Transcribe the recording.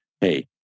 hey